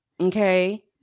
okay